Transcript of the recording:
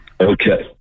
Okay